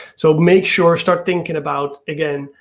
so make sure start thinking about again,